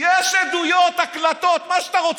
יש עדויות, הקלטות, מה שאתה רוצה.